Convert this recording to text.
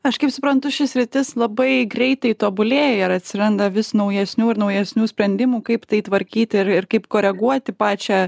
aš kaip suprantu ši sritis labai greitai tobulėja ir atsiranda vis naujesnių ir naujesnių sprendimų kaip tai tvarkyti ir ir kaip koreguoti pačią